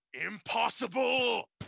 Impossible